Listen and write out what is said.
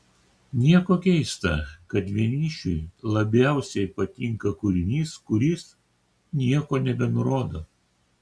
nieko keista kad vienišiui labiausiai patinka kūrinys kuris nieko nebenurodo